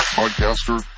podcaster